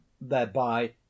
thereby